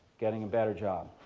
getting a better job.